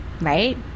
right